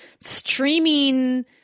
streaming